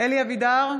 אלי אבידר,